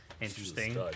Interesting